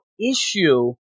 issue